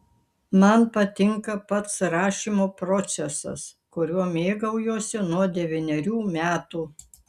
man patinka pats rašymo procesas kuriuo mėgaujuosi nuo devynerių metų